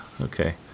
Okay